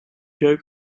jeuk